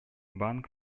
банк